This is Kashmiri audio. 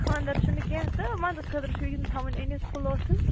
خانٛدر چھُنہٕ کیٚنٛہہ تہٕ ونٛدس خٲطرٕ چھُ یِم تھاوٕنۍ أنِتھ قُلوتھٕز